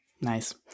nice